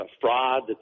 fraud